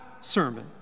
sermon